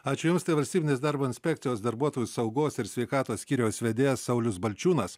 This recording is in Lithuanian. ačiū jums tai valstybinės darbo inspekcijos darbuotojų saugos ir sveikatos skyriaus vedėjas saulius balčiūnas